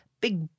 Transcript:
big